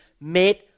made